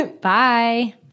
Bye